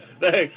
Thanks